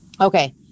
okay